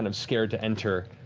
and scared to enter,